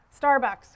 Starbucks